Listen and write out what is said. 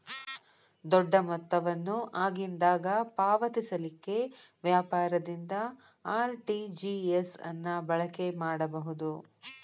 ದೊಡ್ಡ ಮೊತ್ತವನ್ನು ಆಗಿಂದಾಗ ಪಾವತಿಸಲಿಕ್ಕೆ ವ್ಯಾಪಾರದಿಂದ ಆರ್.ಟಿ.ಜಿ.ಎಸ್ ಅನ್ನ ಬಳಕೆ ಮಾಡಬಹುದು